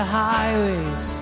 highways